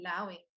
allowing